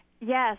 Yes